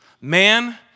man